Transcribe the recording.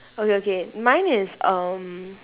okay okay mine is um